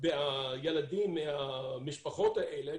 בילדים מהמשפחות האלה,